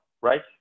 right